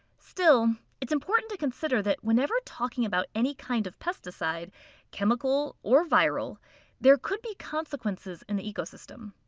still, it's important to consider that whenever talking about any kind of pesticide chemical or viral there could be consequences in the ecosystem.